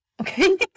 Okay